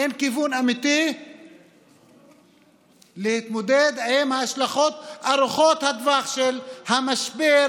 אין כיוון אמיתי להתמודד עם ההשלכות ארוכות הטווח של המשבר,